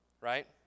right